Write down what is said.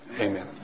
amen